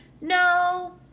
No